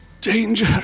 Danger